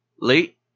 late